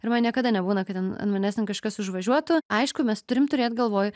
ir man niekada nebūna kad ten ant manęs ten kažkas užvažiuotų aišku mes turim turėt galvoj